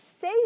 say